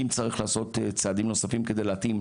ואם צריך עשות צעדים נוספים כדי להתאים,